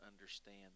understand